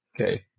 Okay